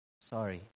Sorry